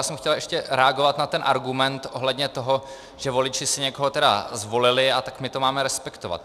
Já jsem chtěl ještě reagovat na ten argument ohledně toho, že voliči si někoho tedy zvolili, a tak my to máme respektovat.